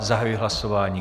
Zahajuji hlasování.